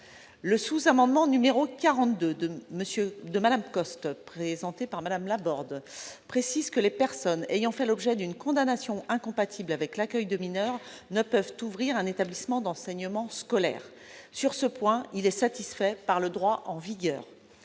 Le sous-amendement n° 42 rectifié présenté par Mme Laborde vise à préciser que les personnes ayant fait l'objet d'une condamnation incompatible avec l'accueil de mineurs ne peuvent ouvrir un établissement d'enseignement scolaire. Ce point est satisfait par le droit en vigueur.